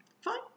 Fine